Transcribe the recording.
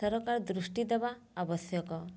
ସରକାର ଦୃଷ୍ଟି ଦେବା ଆବଶ୍ୟକ